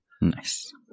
nice